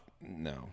no